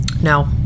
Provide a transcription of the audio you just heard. No